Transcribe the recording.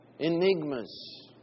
Enigmas